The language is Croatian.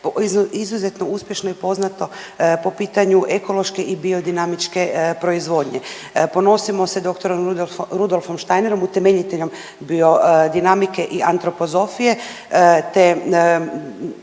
izuzetno uspješno i poznato po pitanju ekološke i biodinamičke proizvodnje. Ponosimo se dr. Rudolfom Steinerom, utemeljiteljem biodinamike i antropozofije te